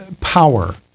power